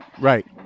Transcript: Right